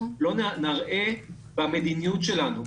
לא נראה במדיניות שלנו,